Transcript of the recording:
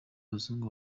abazungu